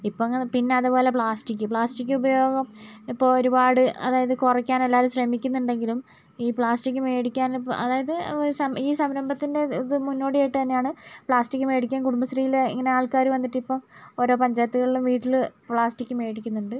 ഇപ്പം അങ്ങനെ പിന്നെ അതുപോലെ പ്ലാസ്റ്റിക് പ്ലാസ്റ്റിക് ഉപയോഗം ഇപ്പോൾ ഒരുപാട് അതായത് കുറയ്ക്കാൻ എല്ലാരും ശ്രമിക്കുന്നുണ്ടെങ്കിലും ഈ പ്ലാസ്റ്റിക് മേടിക്കാനിപ്പോൾ അതായത് ഈ സംരംഭത്തിൻ്റെ ഇത് മുന്നോടിയായിട്ട് തന്നെയാണ് പ്ലാസ്റ്റിക് മേടിക്കാൻ കുടുംബശ്രീയില് ഇങ്ങനെ ആൾക്കാര് വന്നിട്ടിപ്പം ഓരോ പഞ്ചായത്തുകളിലും വീട്ടില് പ്ലാസ്റ്റിക് മേടിക്കുന്നുണ്ട്